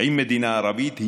עם מדינה ערבית,